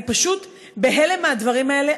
אני פשוט בהלם מהדברים האלה.